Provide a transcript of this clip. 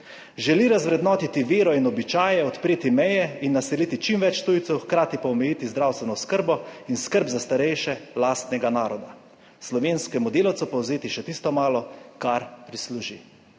Želi razvrednotiti vero in običaje, odpreti meje in naseliti čim več tujcev, hkrati pa omejiti zdravstveno oskrbo in skrb za starejše lastnega naroda, slovenskemu delavcu pa vzeti še tisto malo, kar prisluži.